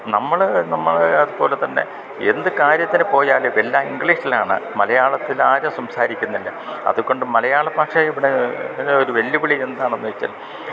നമ്മൾ നമ്മൾ അതുപോലെത്തന്നെ എന്ത് കാര്യത്തിന് പോയാലും എല്ലാം ഇങ്ക്ളീഷിലാണ് മലയാളത്തിലാരും സംസാരിക്കുന്നില്ല അതുകൊണ്ട് മലയാള ഭാഷ ഇവിടെ ഒരു വെല്ലുവിളി എന്താണെന്ന് വെച്ചാൽ